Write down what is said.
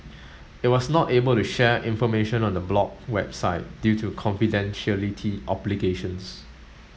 it was not able to share information on the blocked website due to confidentiality obligations